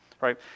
Right